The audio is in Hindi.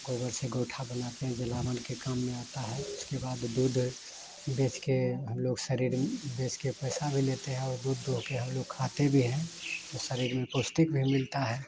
गोबर से गोठा बनाते हैं जलावन के काम में आता है उसके बाद दूध बेचकर हम लोग शरीर बेच के पैसा भी लेते और दूध दोहकर हम लोग खाते भी हैं तो शरीर में पौष्टिक भी मिलता है